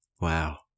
Wow